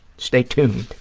stay tuned.